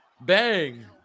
Bang